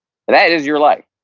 that is your life.